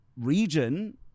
region